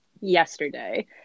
yesterday